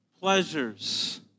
pleasures